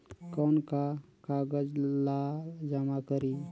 कौन का कागज ला जमा करी?